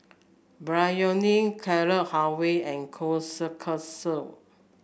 Biryani Carrot Halwa and Kushikatsu